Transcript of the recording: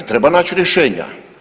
Treba naći rješenja.